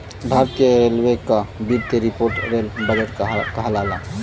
भारतीय रेलवे क वित्तीय रिपोर्ट रेल बजट कहलाला